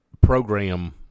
program